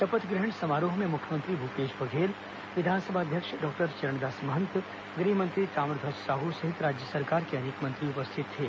शपथ ग्रहण समारोह में मुख्यमंत्री भूपेश बघेल विधानसभा अध्यक्ष डॉक्टर चरणदास महंत गृहमंत्री ताम्रध्वज साहू सहित राज्य सरकार के अनेक मंत्री उपस्थित थे